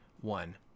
one